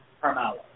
Carmelo